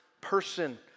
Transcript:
person